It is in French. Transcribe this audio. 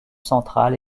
centrale